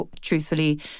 truthfully